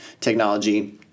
technology